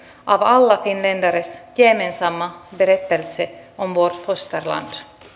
av alla finländares gemensamma berättelse om vårt fosterland